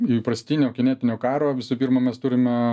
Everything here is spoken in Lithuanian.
įprastinio kinetinio karo visų pirma mes turime